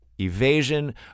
evasion